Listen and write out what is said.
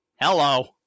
hello